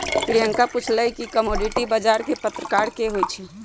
प्रियंका पूछलई कि कमोडीटी बजार कै परकार के होई छई?